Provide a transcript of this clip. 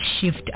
shift